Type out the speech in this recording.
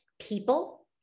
people